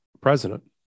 president